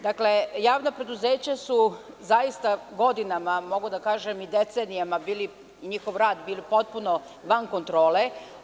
Dakle, javna preduzeća su zaista godinama, a mogu da kažem i decenijama, njihov rad je bio potpuno van kontrole.